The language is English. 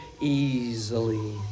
easily